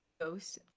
ghost